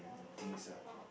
and things ah